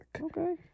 Okay